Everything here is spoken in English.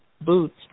boots